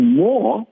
more